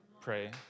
pray